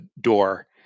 door